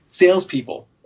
Salespeople